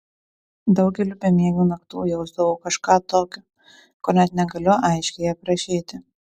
daugeliu bemiegių naktų jausdavau kažką tokio ko net negaliu aiškiai aprašyti